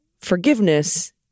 forgiveness